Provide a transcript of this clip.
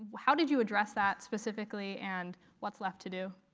how did you address that specifically, and what's left to do?